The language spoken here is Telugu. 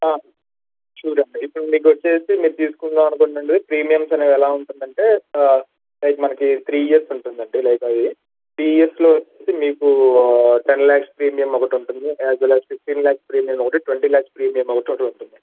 చూడండి ఇప్పుడు మీకు వచ్చి మీరు తీసుకుందాం అనుకుంటుంది ప్రీమియంస్ అనేవి ఎలా ఉంటుందంటే లైక్ మనకు త్రీ ఇయర్స్ ఉంటుందండి లైక్ అది త్రీ ఇయర్స్లో వచ్చి మీకు టెన్ ల్యాక్స్ ప్రీమియం ఒకటి ఉంటుంది as well as fifteen lakhs premium ఒకటి ట్వంటి ల్యాక్స్ ప్రీమియం ఒకటి ఉంటుంది